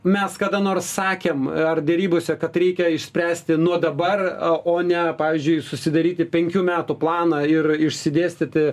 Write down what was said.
mes kada nors sakėm ar derybose kad reikia išspręsti nuo dabar o ne pavyzdžiui susidaryti penkių metų planą ir išsidėstyti